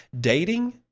dating